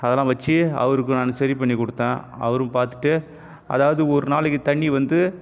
அதெல்லாம் வெச்சு அவருக்கும் நான் சரி பண்ணி கொடுத்தேன் அவரும் பாரித்துட்டு அதாவது ஒரு நாளைக்கி தண்ணி வந்து